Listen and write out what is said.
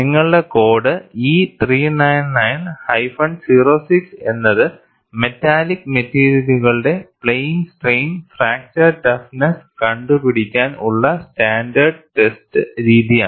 നിങ്ങളുടെ code E 399 06 എന്നത് metallic മെറ്റീരിയലുകളുടെ പ്ലെയിൻ സ്ട്രെയിൻ ഫ്രാക്ചർ ടഫ്നെസ്സ് കണ്ടു പിടിക്കാൻ ഉള്ള സ്റ്റാൻഡേർഡ് ടെസ്റ്റ് രീതിയാണ്